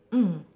mm